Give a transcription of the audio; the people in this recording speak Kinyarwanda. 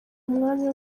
umwanya